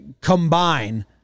combine